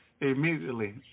immediately